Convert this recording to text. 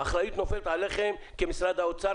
האחריות נופלת עליכם כמשרד האוצר,